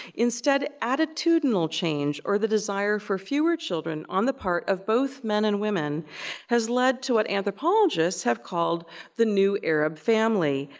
instead, attitudinal change or the desire for fewer children on the part of both men and women has led to what anthropologists have called the new arab family,